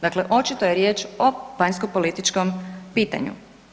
Dakle, očito je riječ o vanjskopolitičkom pitanju.